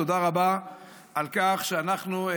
תודה רבה על כך שאנחנו,